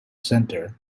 center